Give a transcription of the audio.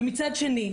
ומצד שני,